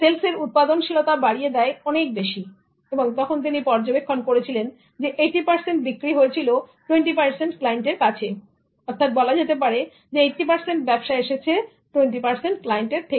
সেলসের উৎপাদনশীলতা বাড়িয়ে দেয় অনেক বেশি এবং তখন তিনি পর্যবেক্ষণ করেছিলেন যে 80 বিক্রি হয়েছিল 20 ক্লায়েন্টের কাছে বলা যেতে পারে 80 পার্সেন্ট ব্যবসা এসেছে 20 পার্সেন্ট ক্লায়েন্টের থেকে